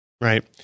right